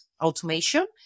automation